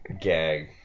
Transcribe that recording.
gag